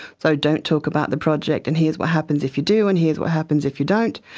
so don't talk about the project and here's what happens if you do and here's what happens if you don't,